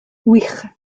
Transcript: wych